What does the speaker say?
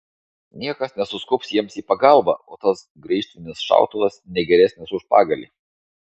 niekas nesuskubs jiems į pagalbą o tas graižtvinis šautuvas ne geresnis už pagalį